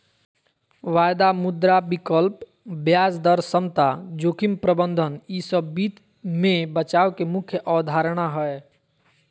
वायदा, मुद्रा विकल्प, ब्याज दर समता, जोखिम प्रबंधन ई सब वित्त मे बचाव के मुख्य अवधारणा हय